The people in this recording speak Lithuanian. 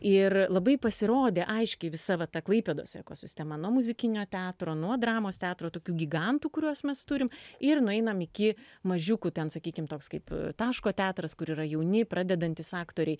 ir labai pasirodė aiškiai visa va ta klaipėdos ekosistema nuo muzikinio teatro nuo dramos teatro tokių gigantų kuriuos mes turim ir nueinam iki mažiukų ten sakykim toks kaip taško teatras kur yra jauni pradedantys aktoriai